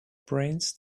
brains